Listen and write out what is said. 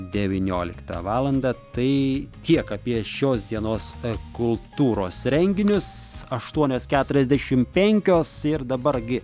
devynioliktą valandą tai tiek apie šios dienos kultūros renginius aštuonios keturiasdešim penkios ir dabar gi